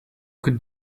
could